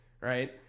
right